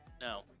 No